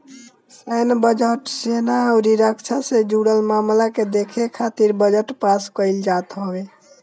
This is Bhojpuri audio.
सैन्य बजट, सेना अउरी रक्षा से जुड़ल मामला के देखे खातिर बजट पास कईल जात हवे